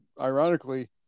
ironically